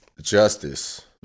justice